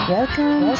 Welcome